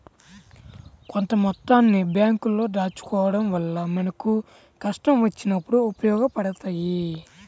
కొంత మొత్తాన్ని బ్యేంకుల్లో దాచుకోడం వల్ల మనకు కష్టం వచ్చినప్పుడు ఉపయోగపడతయ్యి